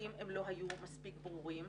לעיתים הם לא היו מספיק ברורים,